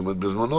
בזמנו,